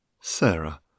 Sarah